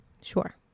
Sure